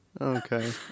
okay